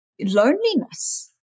Loneliness